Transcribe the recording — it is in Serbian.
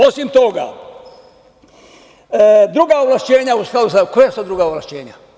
Osim toga, druga ovlašćenja u skladu sa, koja su to druga ovlašćenja?